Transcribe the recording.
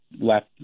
left